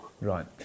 Right